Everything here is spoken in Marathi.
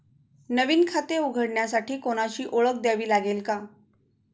नवीन खाते उघडण्यासाठी कोणाची ओळख द्यावी लागेल का?